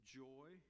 joy